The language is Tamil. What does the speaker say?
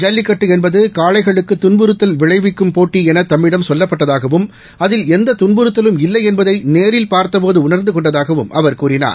ஜல்லிக்கட்டு என்பது காளைகளுக்கு துன்புறுத்தல் விளைவிக்கும் போட்டி என தம்மிடம் சொல்லப்பட்டதாகவும் அதில் எந்த துன்புறுத்தலும் இல்லை என்பதை நேரில் பார்த்தபோது உணர்ந்து கொண்டதாகவும் அவர் கூறினார்